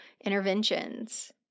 interventions